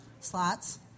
slots